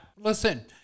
Listen